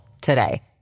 today